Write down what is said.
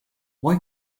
why